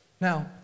Now